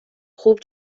خوب